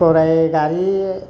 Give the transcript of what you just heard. गराय गारि